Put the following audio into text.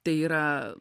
tai yra